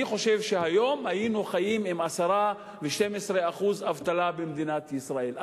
אני חושב שהיום היינו חיים עם 10% ו-12% אבטלה במדינת ישראל.